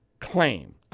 claim